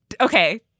Okay